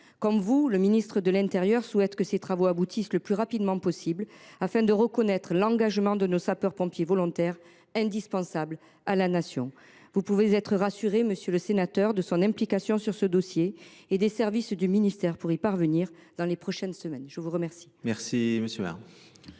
Comme vous, le ministre de l’intérieur souhaite que ces travaux aboutissent le plus rapidement possible afin de reconnaître l’engagement de nos sapeurs pompiers volontaires, indispensables à la Nation. Vous pouvez être assuré, monsieur le sénateur, de l’implication sur ce dossier du ministre et de ses services pour y parvenir dans les prochaines semaines. La parole